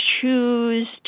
choose